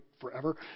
forever